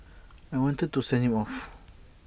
I wanted to send him off